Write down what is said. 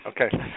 Okay